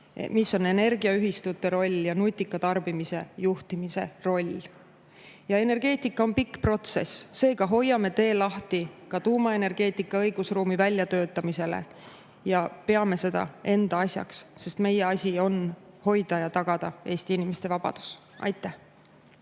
mis on energiaühistute roll ja nutika tarbimise juhtimise roll. Energeetika on pikk protsess, seega hoiame tee lahti ka tuumaenergeetika õigusruumi väljatöötamisele ja peame seda enda asjaks, sest meie asi on hoida ja tagada Eesti inimeste vabadus. Ja